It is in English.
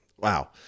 wow